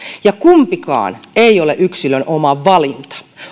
ja kumpikaan ei ole yksilön oma valinta